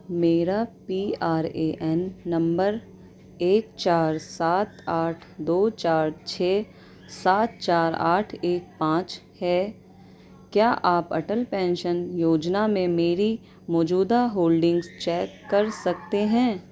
میرا P R A N number ایک چار ساتھ آٹھ دو چار چھ سات چار آٹھ ایک پانچ ہے کیا آپ اٹل پینشن یوجنا میں میری موجودہ ہولڈنگز چیک کر سکتے ہیں